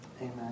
Amen